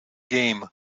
game